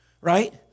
Right